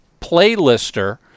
playlister